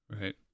Right